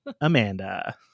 Amanda